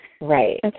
Right